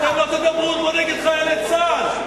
אתם לא תדברו פה נגד חיילי צה"ל.